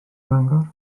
fangor